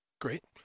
Great